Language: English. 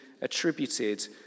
attributed